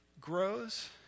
grows